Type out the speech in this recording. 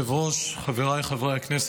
יוחאי בהר מירון